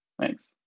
thanks